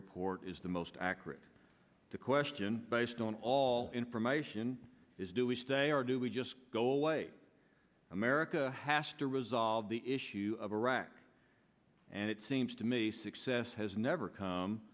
report is the most the question based on all information is do we stay or do we just go away america has to resolve the issue of iraq and it seems to me success has never come